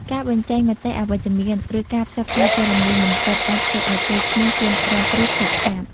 ការបញ្ចេញមតិអវិជ្ជមាន ឬការផ្សព្វផ្សាយព័ត៌មានមិនពិតអាចធ្វើឲ្យកេរ្តិ៍ឈ្មោះជនរងគ្រោះខូចខាត។